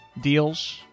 deals